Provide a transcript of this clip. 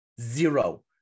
Zero